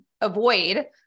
avoid